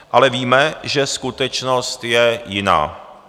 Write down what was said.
Ale víme, že skutečnost je jiná.